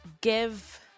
give